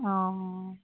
অঁ